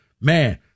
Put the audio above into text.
man